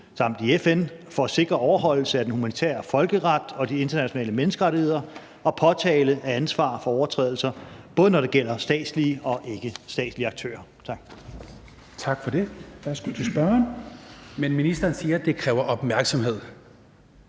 samt i FN, for at sikre overholdelse af den humanitære folkeret og de internationale menneskerettigheder og påtale af ansvar for overtrædelser, både når det gælder statslige og ikkestatslige aktører.